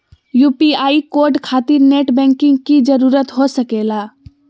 UPI code खातिर net banking की जरूरत हो सके ला?